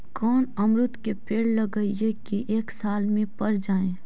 कोन अमरुद के पेड़ लगइयै कि एक साल में पर जाएं?